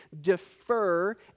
defer